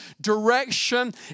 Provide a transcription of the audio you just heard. direction